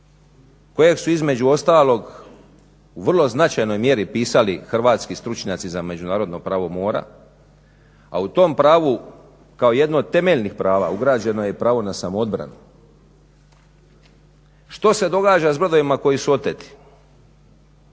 kojeg su između ostalog u vrlo značajnoj mjeri pisali hrvatski stručnjaci za međunarodno pravo mora, a u tom pravu kao jedno od temeljnih prava ugrađeno je i pravo na samoobranu. Što se događa s brodovima koji su oteti?